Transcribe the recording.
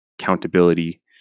accountability